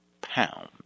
pound